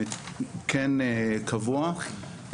כן קבוע,